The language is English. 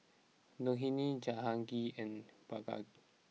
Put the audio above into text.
Dhoni Jehangirr and Bhagat